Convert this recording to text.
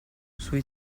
sui